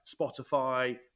Spotify